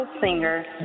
singer